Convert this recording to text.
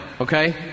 okay